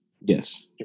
Yes